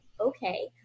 Okay